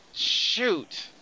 Shoot